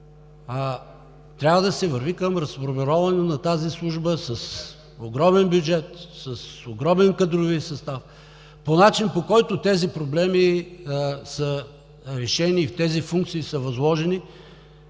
трябва да се върви към разформироване на тази служба с огромен бюджет, с огромен кадрови състав по начин, по който тези проблеми са решени и тези функции са възложени.